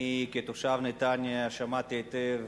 אני כתושב נתניה שמעתי היטב